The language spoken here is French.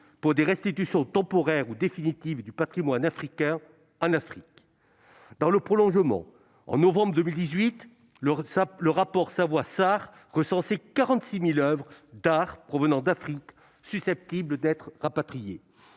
pour des restitutions temporaires ou définitives du patrimoine africain en Afrique ». Dans le prolongement de ce discours, en novembre 2018, le rapport Savoy-Sarr recensait 46 000 oeuvres d'art provenant d'Afrique, susceptibles d'être rapatriées.